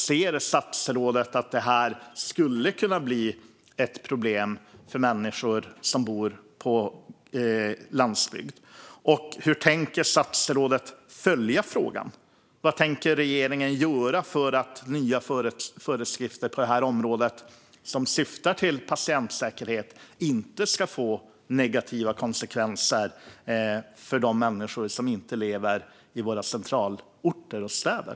Ser statsrådet att det skulle kunna bli ett problem för människor som bor på landsbygden? Hur tänker statsrådet följa frågan? Vad tänker regeringen göra för att nya förskrifter som syftar till patientsäkerhet på området inte ska få negativa konsekvenser för de människor som inte lever i centralorter och städer?